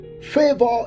favor